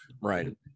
right